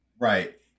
right